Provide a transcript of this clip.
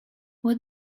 what